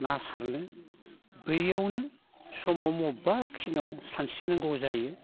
ना सारनो बैयावनो समाव मबेबाखिनियाव सानस्रिनांगौ जायो